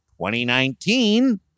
2019